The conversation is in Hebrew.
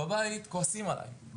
בבית כועסים עלי,